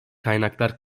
kaynaklar